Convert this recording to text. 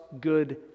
good